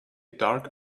dark